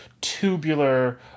tubular